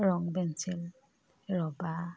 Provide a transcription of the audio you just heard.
ৰং pencil rubber